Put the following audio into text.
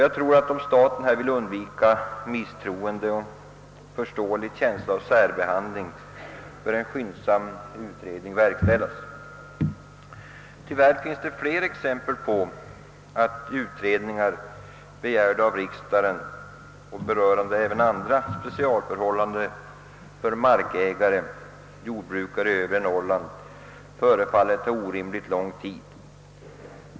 Jag tror att om staten här vill undvika misstro och en förståelig känsla av särbehandling bör en skyndsam utredning verkställas. Tyvärr finns det fler exempel på att utredningar, begärda av riksdagen och berörande även andra specialförhållanden för jordbrukare i Övre Norrland tar orimligt lång tid.